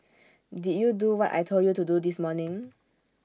did you do what I Told you to do this morning